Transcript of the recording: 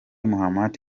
mahamat